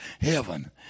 heaven